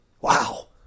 Wow